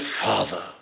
father